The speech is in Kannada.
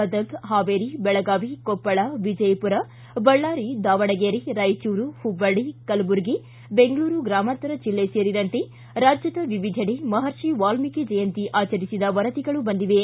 ಗದಗ್ ಹಾವೇರಿ ಬೆಳಗಾವಿ ಕೊಪ್ಪಳ ವಿಜಯಪುರ ಬಳ್ಳಾರಿ ದಾವಣಗೆರೆ ರಾಯಚೂರು ಹುಬ್ಬಳ್ಳ ಕಲಬುರಗಿ ಬೆಂಗಳೂರು ಗ್ರಾಮಾಂತರ ಜಿಲ್ಲೆ ಸೇರಿದಂತೆ ವಿವಿಧೆಡೆ ಮಹರ್ಷಿ ವಾಲ್ಮೀಕಿ ಜಯಂತಿ ಆಚರಿಸಿದ ವರದಿಗಳು ಬಂದಿವೆ